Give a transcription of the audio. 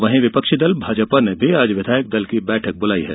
वहीं विपक्षी दल भाजपा ने भी आज विधायक दल की बैठक बुलाई है